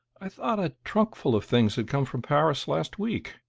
i thought a trunkful of things had come from paris last week.